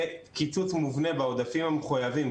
וקיצוץ מובנה בעודפים המחויבים,